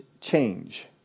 change